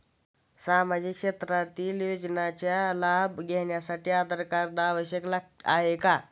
सामाजिक क्षेत्रातील योजनांचा लाभ घेण्यासाठी आधार कार्ड आवश्यक आहे का?